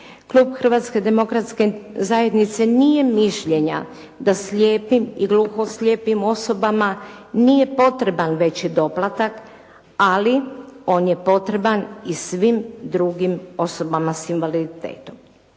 Klub Hrvatske demokratske zajednice nije mišljenja da slijepim i gluhoslijepim osobama nije potreban veći doplatak, ali on je potreban i svim drugim osobama s invaliditetom.